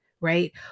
right